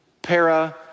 Para